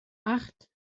acht